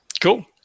Cool